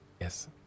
Yes